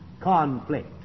conflict